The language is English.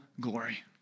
glory